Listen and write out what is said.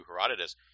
Herodotus